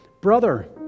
Brother